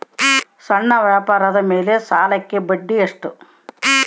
ಸಣ್ಣ ವ್ಯಾಪಾರದ ಸಾಲಕ್ಕೆ ಬಡ್ಡಿ ಎಷ್ಟು?